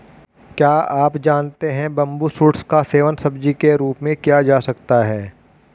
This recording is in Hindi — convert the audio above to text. क्या आप जानते है बम्बू शूट्स का सेवन सब्जी के रूप में किया जा सकता है?